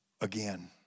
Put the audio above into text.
again